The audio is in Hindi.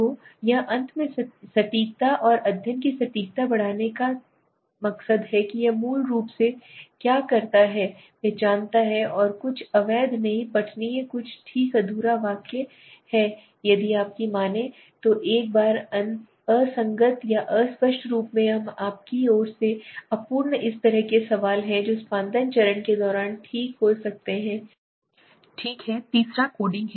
तो यह अंत में सटीकता और अध्ययन की सटीकता बढ़ाने में बताता है कि यह मूल रूप से क्या करता है पहचानता है कुछ अवैध नहीं पठनीय कुछ ठीक अधूरा कुछ वाक्य हैं यदि आपकी मानें तो एक बार असंगत या अस्पष्ट के रूप में आपकी ओर से अपूर्ण इस तरह के सवाल हैं जो संपादन चरण के दौरान ठीक हो सकते हैं ठीक है तीसरा कोडिंग है